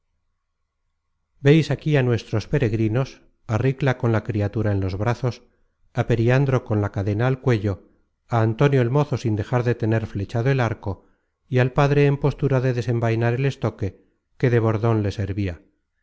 aquí á nuestros peregrinos á ricla con la criatura en los brazos á periandro con la cadena al cuello á antonio el mozo sin dejar de tener flechado el arco y al padre en postura de desenvainar el estoque que de bordon le servia